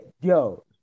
Yo